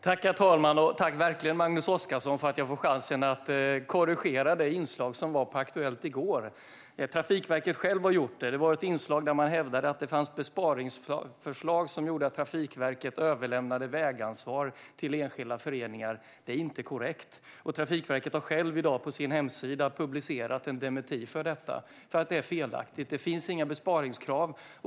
Herr talman! Jag vill verkligen tacka Magnus Oscarsson för att jag får chansen att korrigera det inslag som var på Aktuellt i går. Trafikverket självt har gjort det. Det var ett inslag där man hävdade att det fanns besparingsförslag som gjorde att Trafikverket överlämnade vägansvar till enskilda föreningar. Det är inte korrekt. Trafikverket har självt i dag på sin hemsida publicerat en dementi för detta för att det är felaktigt. Det finns inga besparingskrav.